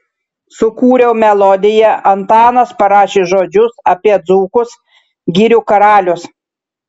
sukūriau melodiją antanas parašė žodžius apie dzūkus girių karalius